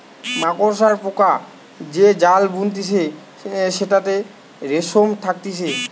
মাকড়সা পোকা যে জাল বুনতিছে সেটাতে রেশম থাকতিছে